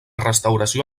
restauració